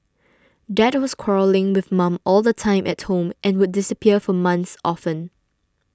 dad was quarrelling with mum all the time at home and would disappear for months often